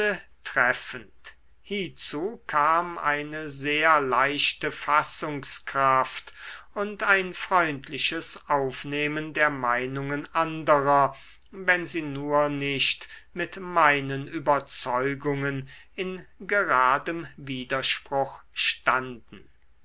treffend hiezu kam eine sehr leichte fassungskraft und ein freundliches aufnehmen der meinungen anderer wenn sie nur nicht mit meinen überzeugungen in geradem widerspruch standen